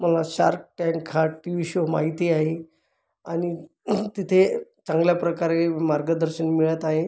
मला Shark Tank हा TV show माहिती आहे आणि तिथे चांगल्या प्रकारे मार्गदर्शन मिळत आहे